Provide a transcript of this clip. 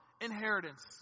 inheritance